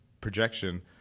projection